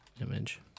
image